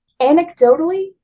anecdotally